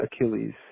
Achilles